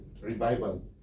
revival